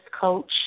coach